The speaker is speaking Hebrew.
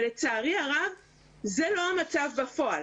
לצערי הרב זה לא המצב בפועל.